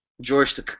George